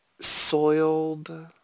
Soiled